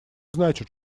значит